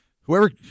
whoever